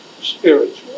spiritual